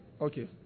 Okay